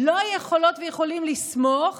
לא יכולות ויכולים לסמוך